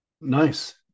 Nice